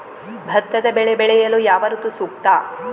ಭತ್ತದ ಬೆಳೆ ಬೆಳೆಯಲು ಯಾವ ಋತು ಸೂಕ್ತ?